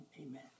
amen